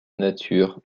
nature